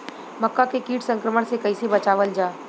मक्का के कीट संक्रमण से कइसे बचावल जा?